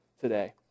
today